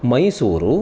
Mysuru